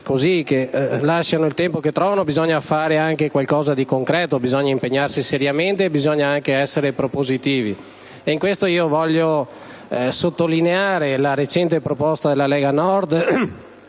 che lasciano il tempo che trovano, bisogna fare anche qualcosa di concreto: bisogna impegnarsi seriamente ed essere anche propositivi. Al riguardo, voglio sottolineare la recente proposta della Lega Nord